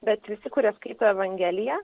bet visi kurie skaito evangeliją